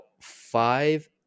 five